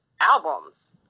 albums